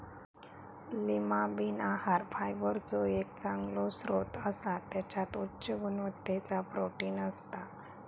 Lima bean आहार फायबरचो एक चांगलो स्त्रोत असा त्याच्यात उच्च गुणवत्तेचा प्रोटीन असता